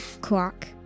clock